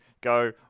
go